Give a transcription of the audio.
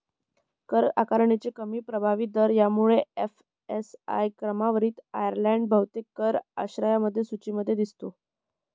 कर आकारणीचे कमी प्रभावी दर यामुळे एफ.एस.आय क्रमवारीत आयर्लंड बहुतेक कर आश्रयस्थान सूचीमध्ये दिसतो